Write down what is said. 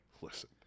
listen